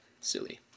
silly